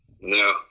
No